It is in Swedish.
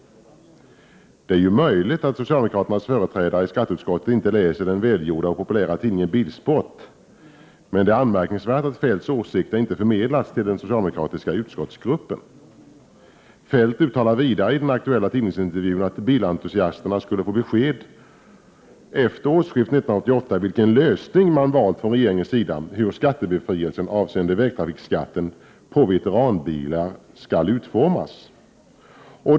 Det är ju möjligt att socialdemokraternas 9 maj 1989 företrädare i skatteutskottet inte läser den välgjorda och populära tidningen Bilsport, men det är anmärkningsvärt att Feldts åsikter inte förmedlas till den socialdemokratiska utskottsgruppen. Feldt uttalar vidare i den aktuella tidningsintervjun att bilentusiasterna skulle få besked efter årsskiftet 1988-1989 om vilken lösning man har valt från regeringens sida när det gäller hur skattebefrielsen avseende vägtrafikskatten för veteranbilar skall utformas.